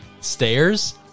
stairs